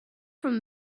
from